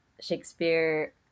Shakespeare